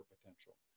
potential